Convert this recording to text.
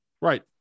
Right